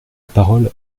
parole